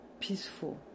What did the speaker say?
peaceful